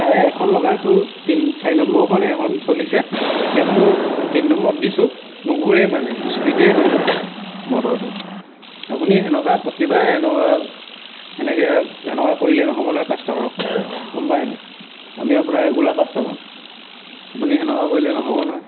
তাৰে এখন লগাইছো তিনি চাৰি নম্বৰখন সেইখন চলিছে সেইখনো তিনি নম্বৰত দিছো নুঘূৰেই মানে স্পীডেই নলয় মটৰটো আপুনি তেনেকুৱা প্ৰতিবাৰেই তেনেকা তেনেকৈ তেনেকুৱা কৰিলে নহ'ব নহয় কাষ্ট'মাৰক গম পাই নে নাই আমি আপোনাৰ ৰেগুলাৰ কাষ্ট'মাৰ আপুনি তেনেকুৱা কৰিলে নহ'ব নহয়